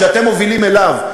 שאתם מובילים אליו,